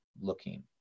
looking